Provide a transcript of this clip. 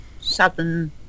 Southern